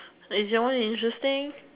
is that one interesting